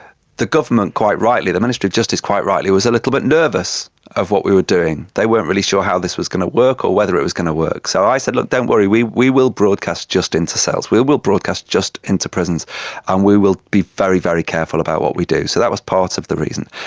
the government quite rightly, the ministry of justice quite rightly was a little bit nervous of what we were doing. they weren't really sure how this was going to work or whether it was going to work. so i said, look, don't worry, we we will broadcast just into cells, we will broadcast just into prisons and we will be very, very careful about what we do. so that was part of the reason.